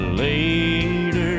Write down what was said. later